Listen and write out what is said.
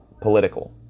political